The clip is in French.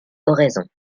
oraison